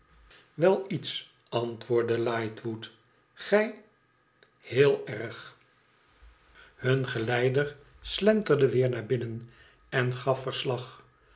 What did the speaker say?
wel iets antwoordde lightwood igij iheelerg hun geleider slenterde weer naar binnen en gaf verslag